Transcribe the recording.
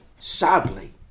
sadly